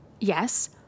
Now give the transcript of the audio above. Yes